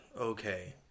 Okay